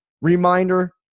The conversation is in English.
Reminder